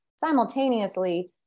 Simultaneously